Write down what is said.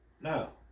No